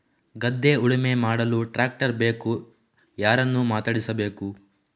ಗದ್ಧೆ ಉಳುಮೆ ಮಾಡಲು ಟ್ರ್ಯಾಕ್ಟರ್ ಬೇಕು ಯಾರನ್ನು ಮಾತಾಡಿಸಬೇಕು?